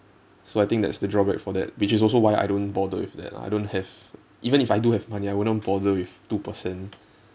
so I think that's the drawback for that which is also why I don't bother with that lah I don't have even if I do have money I wouldn't bother with two percent